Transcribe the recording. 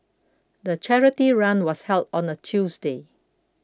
the charity run was held on a Tuesday